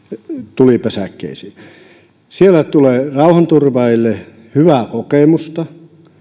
tulipesäkkeisiin siellä tulee rauhanturvaajille hyvää kokemusta